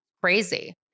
Crazy